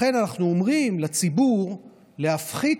לכן, אנחנו אומרים לציבור להפחית